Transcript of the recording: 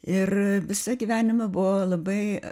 ir visą gyvenimą buvo labai